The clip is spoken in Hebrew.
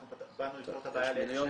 אנחנו באנו לפתור את הבעיה לאלה שאין להם.